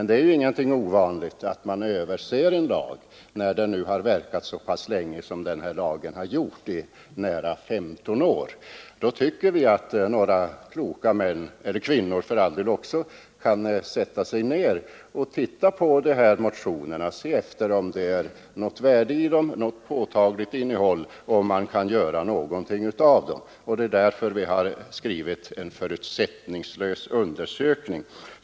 Det är ingenting ovanligt att man ser över en lag när den har varit i kraft så länge som den här lagen har — i nära 15 år. Då tycker vi att det kan vara dags att några kloka män — och kvinnor för all del också — ser över ärendet och undersöker om de här motionerna har något påtagligt innehåll och om man kan göra någonting av dem. Det är därför vi har skrivit ”en förutsättningslös översyn”.